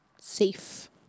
safe